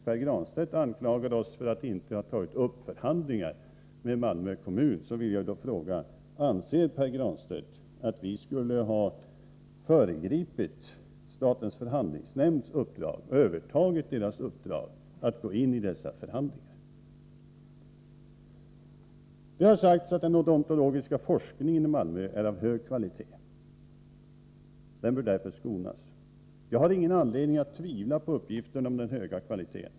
Pär Granstedt anklagade oss för att inte ha tagit upp förhandlingar med Malmö kommun. Då vill jag fråga: Anser Pär Granstedt att vi skulle ha övertagit statens förhandlingsnämnds uppdrag och gått in i dessa förhandlingar? Det har sagts att den odontologiska forskningen i Malmö är av hög kvalitet och därför bör skonas. Jag har ingen anledning att tvivla på uppgifterna om den höga kvaliteten.